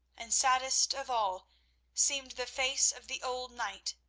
and saddest of all seemed the face of the old knight,